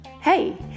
Hey